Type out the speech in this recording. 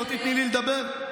לא תיתני לי לדבר?